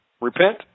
Repent